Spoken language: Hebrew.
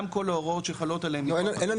גם כל ההוראות שחלות עליהם --- אין לנו